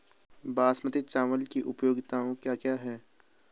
बासमती चावल की उपयोगिताओं क्या क्या हैं?